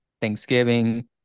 Thanksgiving